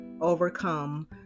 overcome